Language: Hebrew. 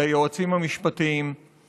החוקים של מדינת ישראל.